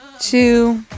two